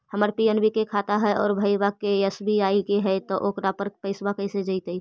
हमर पी.एन.बी के खाता है और भईवा के एस.बी.आई के है त ओकर पर पैसबा कैसे जइतै?